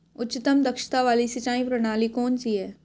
उच्चतम दक्षता वाली सिंचाई प्रणाली कौन सी है?